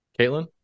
Caitlin